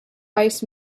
ice